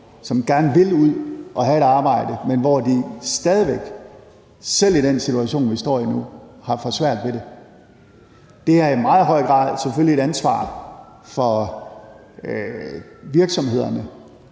som gerne vil ud at have et arbejde, men hvor de stadig væk, selv i den situation, vi står i nu, har for svært ved det. Det er i meget høj grad selvfølgelig et ansvar for virksomhederne